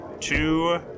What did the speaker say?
two